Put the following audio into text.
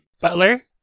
Butler